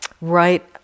right